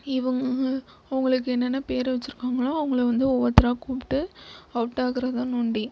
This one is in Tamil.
இவங்க அவங்களுக்கு என்னன்ன பேர் வச்சுருக்காங்களோ அவங்கள வந்து ஒவ்வொருத்தராக கூப்பிட்டு அவுட் ஆக்குறது தான் நொண்டி